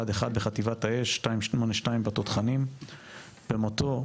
31 באוגוסט 2023. מקסים היה בן 20 בנופלו.